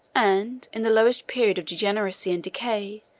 and, in the lowest period of degeneracy and decay,